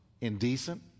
indecent